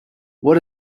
what